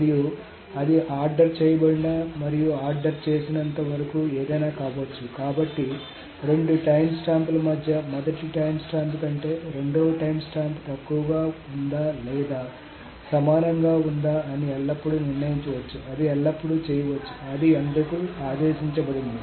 మరియు అది ఆర్డర్ చేయబడిన మరియు ఆర్డర్ చేసినంత వరకు ఏదైనా కావచ్చు కాబట్టి రెండు టైమ్స్టాంప్ల మధ్య మొదటి టైమ్స్టాంప్ కంటే రెండవ టైమ్స్టాంప్ తక్కువగా ఉందా లేదా సమానంగా ఉందా అని ఎల్లప్పుడూ నిర్ణయించవచ్చు అది ఎల్లప్పుడూ చేయవచ్చు అది అందుకు ఆదేశించబడింది